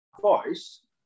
voice